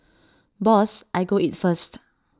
boss I go eat first